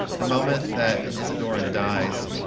the moment that an isidoran dies,